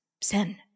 Sen